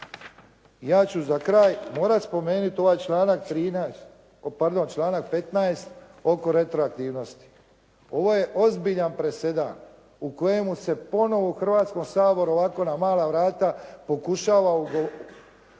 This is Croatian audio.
Ja ću za kraj morati spomenuti ovaj članak 13. pardon 15. oko retroaktivnosti. Ovo je ozbiljan presedan u kojemu se ponovo u Hrvatskom saboru ovako na mala vrata pokušava uvući